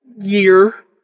year